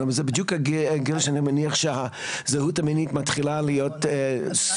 כי זה בדיוק הגיל שאני מניח שהזהות המינית מתחילה להיות סוגיה.